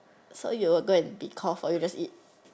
so you'll go and be cough or you just eat